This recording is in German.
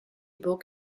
burg